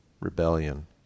rebellion